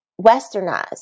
westernized